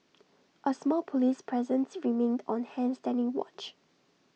A small Police presence remained on hand standing watch